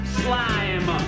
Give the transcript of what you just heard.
slime